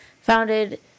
founded